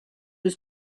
was